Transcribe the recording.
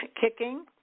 Kicking